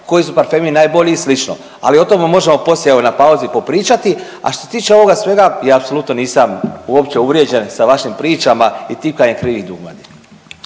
koji su parfemi najbolje i slično. Ali o tome možemo poslije evo na pauzi, popričati, a što se tiče ovoga svega, ja apsolutno nisam uopće uvrijeđen sa vašim pričama i ti .../Govornik se